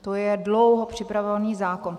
To je dlouho připravovaný zákon.